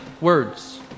words